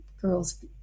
girls